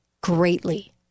greatly